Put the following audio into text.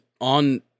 on